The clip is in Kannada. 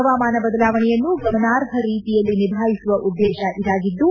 ಹವಾಮಾನ ಬದಲಾವಣೆಯನ್ನು ಗಮನಾರ್ಹ ರೀತಿಯಲ್ಲಿ ನಿಭಾಯಿಸುವ ಉದ್ದೇಶ ಇದಾಗಿದ್ಲು